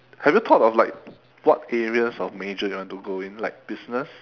have you thought of like what areas of major you want to go in like business